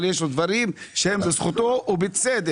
אבל יש עוד דברים שהם לזכותו ובצדק.